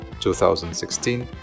2016